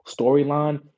Storyline